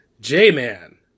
J-Man